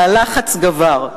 והלחץ גבר.